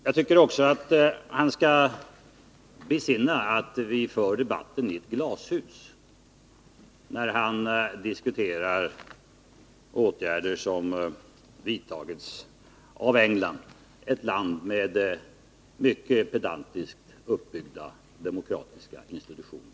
Jag tycker också att han skall besinna att vi för debatten om England i ett glashus — det gäller ett land med mycket pedantiskt uppbyggda demokratiska institutioner.